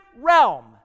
realm